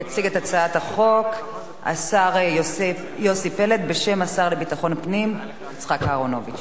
יציג את הצעת החוק השר יוסי פלד בשם השר לביטחון הפנים יצחק אהרונוביץ.